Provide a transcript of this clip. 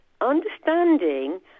Understanding